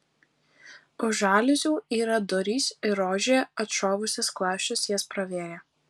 už žaliuzių yra durys ir rožė atšovusi skląsčius jas pravėrė